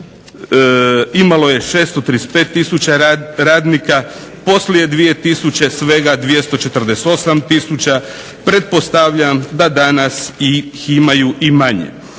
imalo je 635 tisuća radnika. Poslije 2000. svega 248 tisuća. Pretpostavljam da ih danas ima i manje.